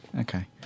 okay